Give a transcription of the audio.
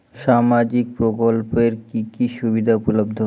সামাজিক প্রকল্প এর কি কি সুবিধা উপলব্ধ?